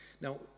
now